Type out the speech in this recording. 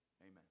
Amen